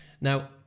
Now